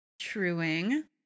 Truing